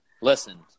Listen